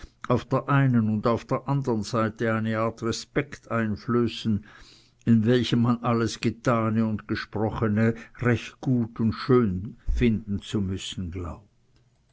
auf der einen und auf der andern seite eine art respekt einflößen in welchem man alles getane und gesprochene recht gut und schön finden zu müssen glaubt